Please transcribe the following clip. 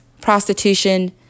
prostitution